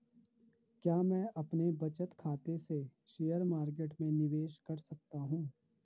क्या मैं अपने बचत खाते से शेयर मार्केट में निवेश कर सकता हूँ?